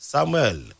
Samuel